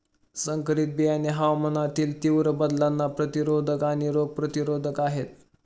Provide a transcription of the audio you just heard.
संकरित बियाणे हवामानातील तीव्र बदलांना प्रतिरोधक आणि रोग प्रतिरोधक आहेत